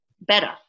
better